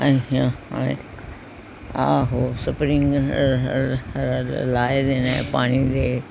ਅੱਛਿਆ ਆਹੋ ਸਪਰਿੰਗ ਲਾਏ ਦੇ ਨੇ ਪਾਣੀ ਦੇ